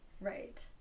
Right